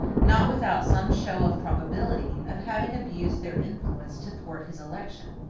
not without some show of probability, of having abused their influence to thwart his election.